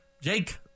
Jake